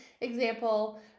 example